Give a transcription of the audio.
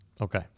Okay